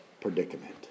predicament